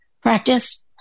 practice